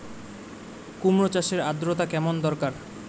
কুমড়ো চাষের আর্দ্রতা কেমন দরকার?